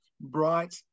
bright